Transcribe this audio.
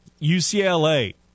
UCLA